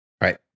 Right